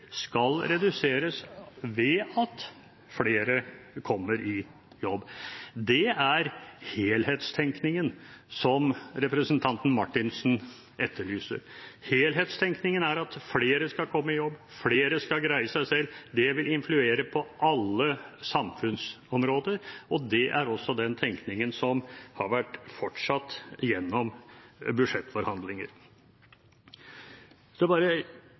skal reduseres ved at flere kommer i jobb. Det er helhetstenkningen som representanten Marthinsen etterlyser. Helhetstenkningen er at flere skal komme i jobb, flere skal greie seg selv. Det vil influere på alle samfunnsområder, og det er også den tenkningen som har vært fortsatt gjennom budsjettforhandlinger. Så